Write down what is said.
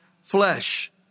flesh